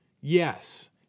Yes